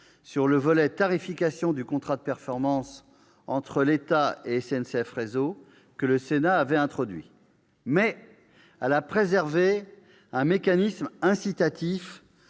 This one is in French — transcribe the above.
sur le volet tarification du contrat de performance entre l'État et SNCF Réseau que le Sénat avait introduit, mais elle a préservé un mécanisme incitatif